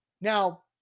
Now